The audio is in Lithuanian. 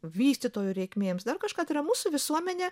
vystytojų reikmėms dar kažką tai yra mūsų visuomenė